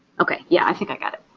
okay yeah i think i got it.